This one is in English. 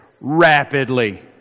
rapidly